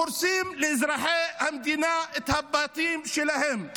הורסים לאזרחי המדינה את הבתים שלהם,